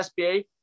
SBA